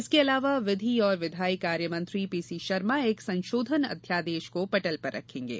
इसके अलावा विधि और विधायी कार्यमंत्री पीसी शर्मा एक संशोधन अध्यादेश को पटल पर रखेंगे